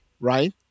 right